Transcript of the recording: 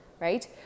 right